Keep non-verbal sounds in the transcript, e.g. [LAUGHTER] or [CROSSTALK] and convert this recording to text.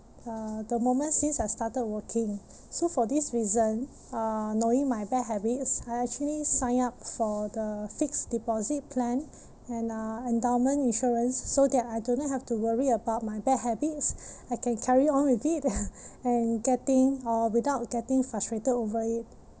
uh the moment since I started working so for this reason uh knowing my bad habits I actually sign up for the fixed deposit plan and uh endowment insurance so that I do not have to worry about my bad habits I can carry on with it [NOISE] and getting uh without getting frustrated over it